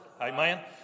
Amen